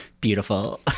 Beautiful